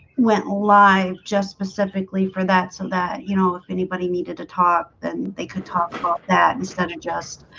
went live just specifically for that so that you know, if anybody needed to talk and they could talk about that instead of just